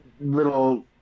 little